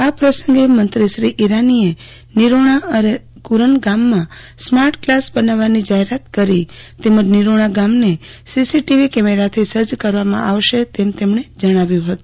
આ પ્રસંગે મંત્રી શ્રી ઇરાનીએ નિરોજ્ઞા અને કુરન ગામમાં સ્માર્ટ ક્લાસ બનાવવાની જાહેરાત કરી તેમજ નિરોણા ગામને સીસીટીવી કેમેરાથી સજ્જ કરવામાં આવશે તેમ જણાવ્યું હતું